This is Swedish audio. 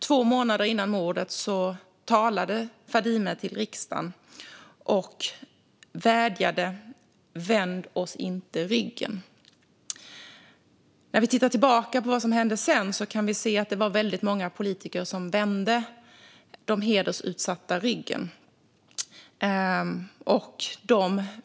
Två månader före mordet talade Fadime till riksdagen och vädjade: Vänd oss inte ryggen! När vi tittar tillbaka på vad som hände sedan kan vi se att det var väldigt många politiker som vände de hedersutsatta ryggen.